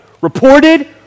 Reported